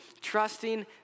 Trusting